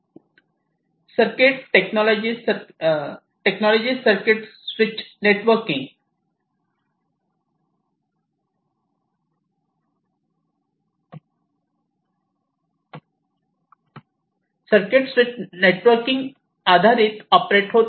Kalinga technology circuit switch networking आधारित operate होते